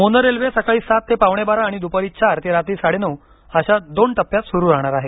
mono railway सकाळी सात ते पावणे बारा आणि द्पारी चार ते रात्री साडे नऊ अशा दोन टप्प्यात सुरू राहणार आहे